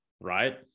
right